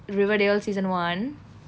riverdale season one